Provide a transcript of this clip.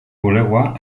bulegoa